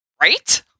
right